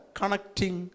connecting